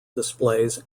displays